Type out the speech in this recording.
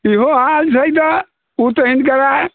ईहो हाल छै तऽ ओ तऽ हिनकरा